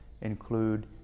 include